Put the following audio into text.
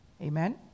Amen